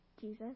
Jesus